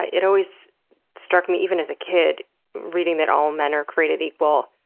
it always struck me even as a kid reading that all men are created equal,